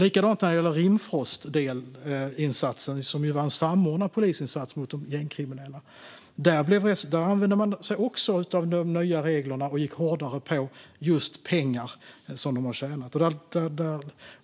Likadant var det när det gäller Operation Rimfrost, som var en samordnad polisinsats mot de gängkriminella. Där använde man sig också av de nya reglerna och gick hårdare på just pengar som de gängkriminella har tjänat.